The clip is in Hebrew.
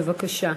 בבקשה.